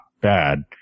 bad